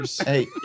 Hey